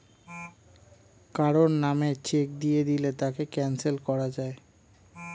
কারো নামে চেক দিয়ে দিলে তাকে ক্যানসেল করা যায়